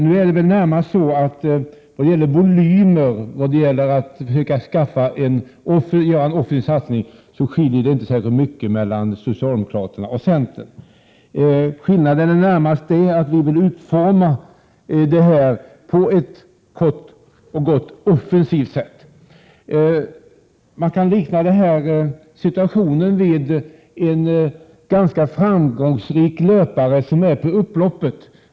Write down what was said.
Nu är det väl närmast så, att i fråga om volymer och när det gäller att försöka göra en offensiv satsning skiljer det inte särskilt mycket mellan socialdemokraterna och centern. Skillnaden är närmast att vi i centern vill utforma detta på ett offensivt sätt kort och gott. Man kan likna tekoindustrin vid en ganska framgångsrik löpare som är på upploppet.